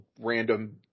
random